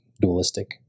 dualistic